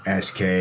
SK